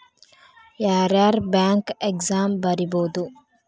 ಯಾರ್ಯಾರ್ bank exam ಬರಿಬೋದು